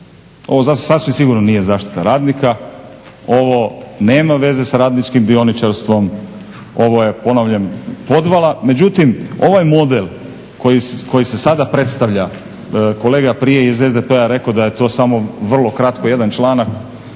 Ovo sasvim sigurno nije zaštita radnika. Ovo nema veze sa radničkim dioničarstvom. Ovo je ponavljam podvala. Međutim, ovaj model koji se sada predstavlja kolega prije iz SDP-a je rekao da je to samo vrlo kratko jedan članak.